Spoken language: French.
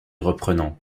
reprenant